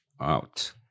out